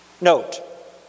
Note